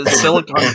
Silicon